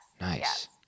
Nice